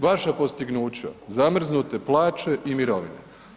Vaša postignuća, zamrznute plaće i mirovine.